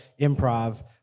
improv